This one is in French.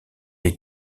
les